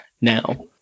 now